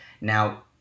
Now